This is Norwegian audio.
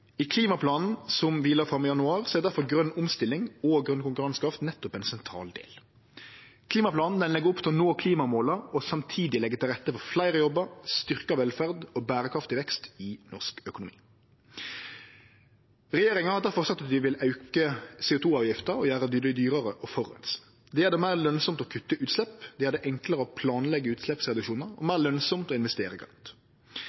I klimaplanen, som vi la fram i januar, er derfor grøn omstilling og grøn konkurransekraft nettopp ein sentral del. Klimaplanen legg opp til å nå klimamåla og samtidig leggje til rette for fleire jobbar, styrkt velferd og berekraftig vekst i norsk økonomi. Regjeringa har sagt at vi vil auke CO 2 -avgifta og gjere det dyrare å forureine. Det gjer det lønsamt å kutte utslepp, det gjer det enklare å planleggje utsleppsreduksjonar og